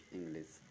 English